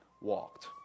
walked